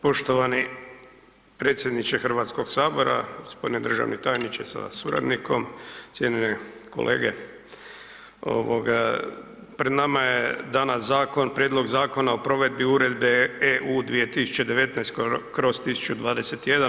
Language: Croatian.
Poštovani predsjedniče Hrvatskog sabora, gospodine državni tajniče sa suradnikom, cijenjene kolege, ovoga pred nama je danas zakon, Prijedlog Zakona o provedbi Uredbe EU 2019/